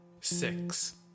six